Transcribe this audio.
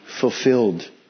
fulfilled